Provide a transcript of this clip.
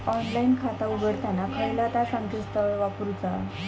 Online खाता उघडताना खयला ता संकेतस्थळ वापरूचा?